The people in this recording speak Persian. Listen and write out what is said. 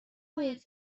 باید